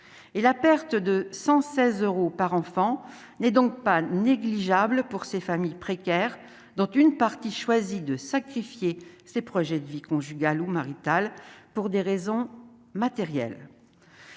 et la perte de 116 euros par enfant n'est donc pas négligeable pour ces familles précaires dont une partie, choisi de sacrifier ses projets de vie conjugale ou marital pour des raisons matérielles.